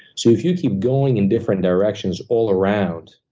so if you keep going in different directions all around,